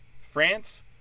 France